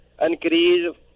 increase